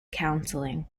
counseling